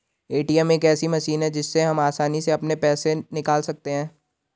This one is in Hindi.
ए.टी.एम एक ऐसी मशीन है जिससे हम आसानी से अपने पैसे निकाल सकते हैं